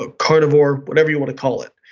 ah carnivore, whatever you want to call it.